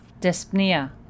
Dyspnea